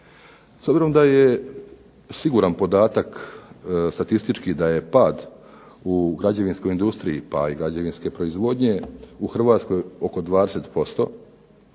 S obzirom da je siguran podatak statistički da je pad u građevinskoj industriji pa i građevinske proizvodnje u Hrvatskoj oko 20%,